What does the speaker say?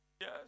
Yes